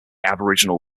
aboriginal